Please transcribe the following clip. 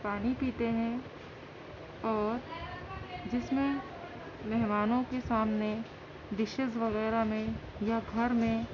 پانی پیتے ہیں اور جس میں مہمانوں کے سامنے ڈشز وغیرہ میں یا گھر میں